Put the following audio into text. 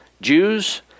Jews